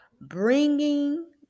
bringing